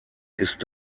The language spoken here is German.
ist